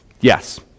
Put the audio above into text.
yes